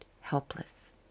helpless